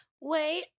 Wait